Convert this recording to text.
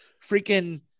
Freaking